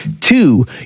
Two